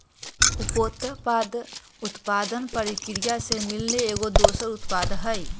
उपोत्पाद उत्पादन परकिरिया से मिलल एगो दोसर उत्पाद हई